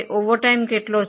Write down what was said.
overtime કેટલો છે